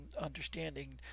understanding